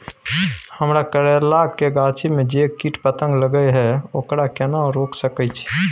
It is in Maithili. हमरा करैला के गाछी में जै कीट पतंग लगे हैं ओकरा केना रोक सके छी?